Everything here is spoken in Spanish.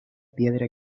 piedra